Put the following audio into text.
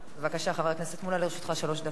בבקשה, חבר הכנסת מולה, לרשותך שלוש דקות.